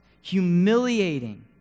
Humiliating